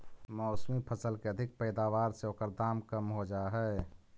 मौसमी फसल के अधिक पैदावार से ओकर दाम कम हो जाऽ हइ